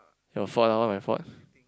your fault not my fault